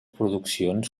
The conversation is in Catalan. produccions